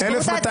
נפל.